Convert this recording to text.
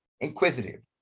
inquisitive